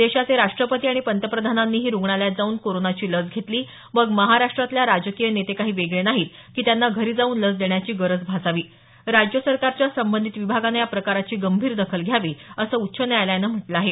देशाचे राष्ट्रपती आणि पंतप्रधानांनीही रुग्णालयात जाऊन कोरोनाची लस घेतली मग महाराष्टातल्या राजकीय नेते काही वेगळे नाहीत की त्यांना घरी जाऊन लस देण्याची गरज भासावी राज्य सरकारच्या संबंधित विभागानं या प्रकाराची गंभीर दखल घ्यावी असं उच्च न्यायालयानं म्हटलं आहे